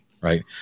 right